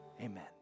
Amen